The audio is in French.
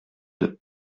deux